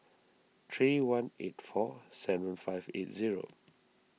three one eight four seven five eight zero